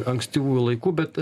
ankstyvųjų laikų bet